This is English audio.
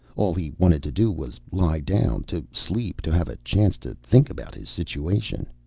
all he wanted to do was lie down, to sleep, to have a chance to think about his situation.